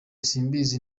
simbizi